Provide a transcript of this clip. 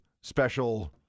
special –